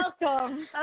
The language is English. Welcome